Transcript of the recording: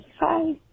bye